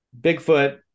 bigfoot